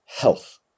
health